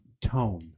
tone